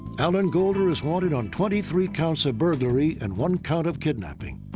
alan golder is wanted on twenty three counts of burglary and one count of kidnapping.